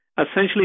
Essentially